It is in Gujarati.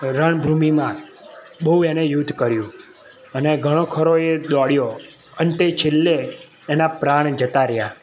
રણ ભૂમિમાં બહુ એણે યુદ્ધ કર્યું અને ઘણો ખરો એ દોડ્યો અંતે છેલ્લે એના પ્રાણ જતાં રહ્યા